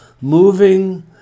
moving